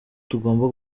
tugomba